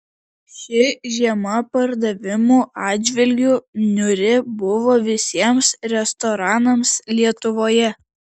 ši žiema pardavimų atžvilgiu niūri buvo visiems restoranams lietuvoje